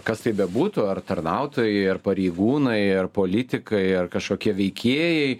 kas tai bebūtų ar tarnautojai ar pareigūnai ar politikai ar kažkokie veikėjai